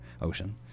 ocean